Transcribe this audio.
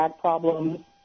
problems